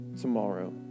tomorrow